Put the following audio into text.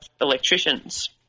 electricians